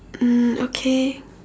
mm okay